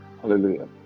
hallelujah